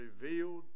revealed